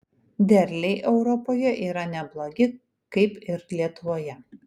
derliai europoje yra neblogi kaip ir lietuvoje